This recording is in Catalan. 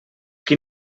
qui